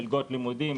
מלגות לימודים,